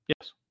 Yes